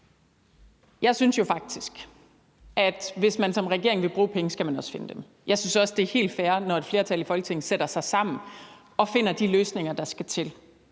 Jeg synes jo faktisk, at hvis man som regering vil bruge penge, skal man også finde dem. Jeg synes også, det er helt fair, når et flertal i Folketinget sætter sig sammen og finder de løsninger, der skal til.